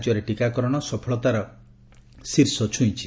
ରାଜ୍ୟରେ ଟିକାକରଣ ସଫଳତାର ଶୀର୍ଷ ଛୁଇଁଛି